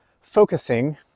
focusing